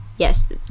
Yes